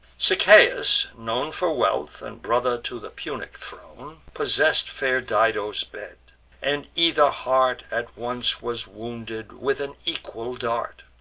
sichaeus, known for wealth, and brother to the punic throne, possess'd fair dido's bed and either heart at once was wounded with an equal dart.